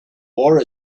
war